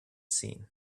seen